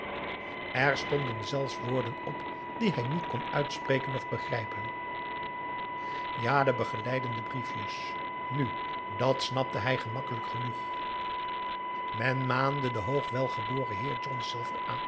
er stonden zelfs woorden op die hij niet kon uitspreken of begrijpen ja de begeleidende briefjes nu dàt snapte hij gemakkelijk genoeg men maande den hoog welgeboren heer